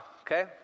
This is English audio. okay